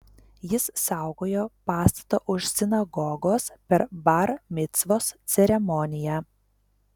jis saugojo pastatą už sinagogos per bar micvos ceremoniją